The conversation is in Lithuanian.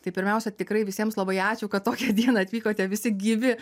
tai pirmiausia tikrai visiems labai ačiū kad tokią dieną atvykote visi gyvi